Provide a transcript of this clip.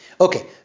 Okay